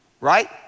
right